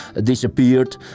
disappeared